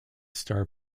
star